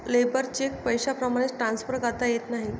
labour cheque पैशाप्रमाणे transfer करता येत नाही